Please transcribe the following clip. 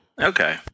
Okay